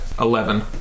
eleven